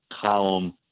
column